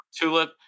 tulip